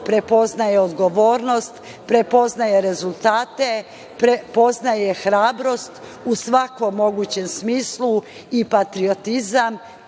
prepoznaje odgovornost, prepoznaje rezultate, prepoznaje hrabrost u svakom mogućem smislu i patriotizam